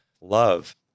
love